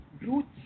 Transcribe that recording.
Roots